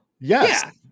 Yes